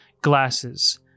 glasses